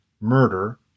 murder